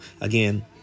again